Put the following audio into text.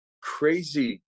crazy